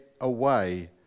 away